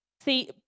See